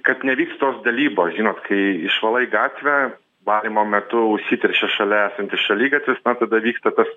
kad nevyks tos dalybos žinot kai išvalai gatvę valymo metu užsiteršia šalia esantis šaligatvis na tada vyksta tas